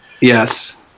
Yes